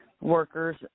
workers